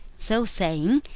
so saying,